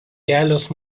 kelios